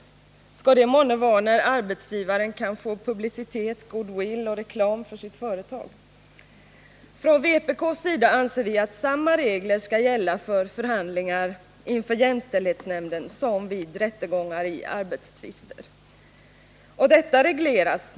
Skall det månne vara när arbetsgivaren kan få publicitet, goodwill och reklam för sitt företag? Från vpk:s sida anser vi att samma regler skall gälla för förhandlingar inför jämställdhetsnämnden som vid rättegångar i arbetstvister. Detta regleras.